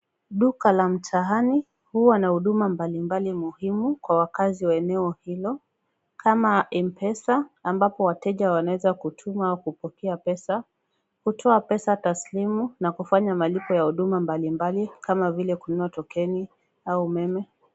Duka la mtaani huwa na huduma mbalimbali muhimu kwa wakaazi wa eneo hilo kama M-Pesa ambapo wateja wanaweza kutuma au kupokea pesa, kutoa pesa taslimu na kufanya malipo ya huduma mbalimbali kama vile kununua tokeni au umeme.